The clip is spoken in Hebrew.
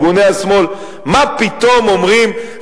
ארגוני השמאל: מה פתאום אומרים,